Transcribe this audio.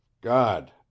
God